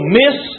miss